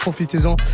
Profitez-en